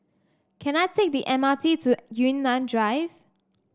can I take the M R T to Yunnan Drive